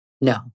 No